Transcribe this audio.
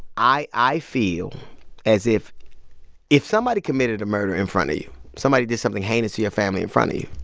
i i feel as if if somebody committed a murder in front of you, somebody did something heinous to your family in front of you,